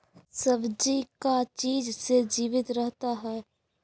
सब्जी का चीज से जीवित रहता है?